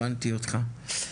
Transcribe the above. הבנתי אותך.